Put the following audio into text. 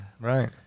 Right